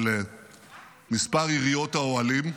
על מספר יריעות האוהלים,